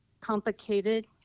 complicated